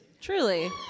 Truly